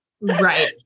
Right